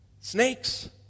Snakes